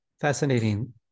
fascinating